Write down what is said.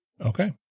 Okay